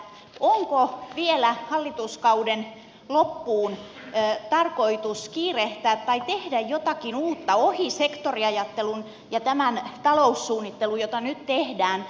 onko vielä hallituskauden loppuun tarkoitus tehdä jotakin uutta turvallisuuden alalla ohi sektoriajattelun ja tämän taloussuunnittelun jota nyt tehdään